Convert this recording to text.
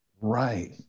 Right